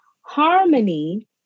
Harmony